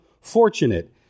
fortunate